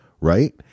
right